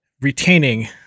retaining